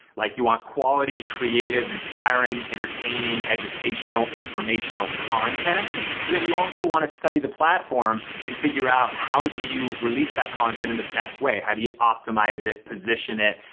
like you want quality, creative, inspiring, entertaining, educational, informational content but then you also wanna study the platform and figure out how do you release that content in the best way? how do you optimize it, position it?